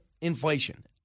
inflation